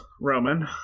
Roman